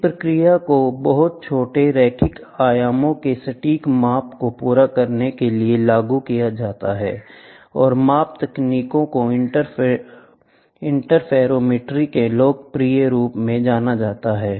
इस प्रक्रिया को बहुत छोटे रैखिक आयामों के सटीक माप को पूरा करने के लिए लागू किया जाता है और माप तकनीकों को इंटरफेरोमेट्री के लोकप्रिय रूप से जाना जाता है